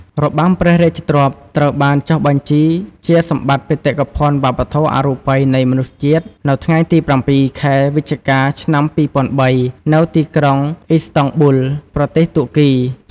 របាំព្រះរាជទ្រព្យ ត្រូវបានចុះក្នុងបញ្ជីជាសម្បត្តិបេតិកភណ្ឌវប្បធម៌អរូបីនៃមនុស្សជាតិ នៅថ្ងៃទី៧ ខែវិច្ឆិកា ឆ្នាំ២០០៣ នៅទីក្រុងអ៊ីស្តង់ប៊ុល ប្រទេសតួកគី។